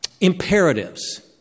imperatives